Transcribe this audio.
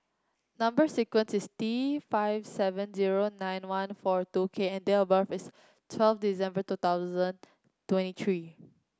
number sequence is T five seven zero nine one four two K and date of birth is twelve December two thousand two and three